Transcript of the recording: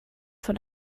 von